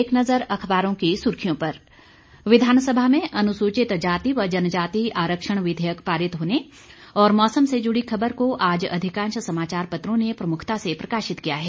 एक नजर अखबारों की सुर्खियों पर विधानसभा में अनुसूचित जाति व जनजाति आरक्षण विधेयक पारित होने और मौसम से जुड़ी खबर को आज अधिकांश समाचार पत्रों ने प्रमुखता से प्रकाशित किया है